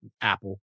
Apple